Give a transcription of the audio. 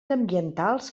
ambientals